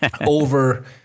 over